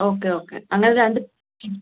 okay okay അങ്ങനെ രണ്ട്